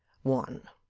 one.